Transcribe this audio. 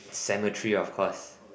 cemetery of course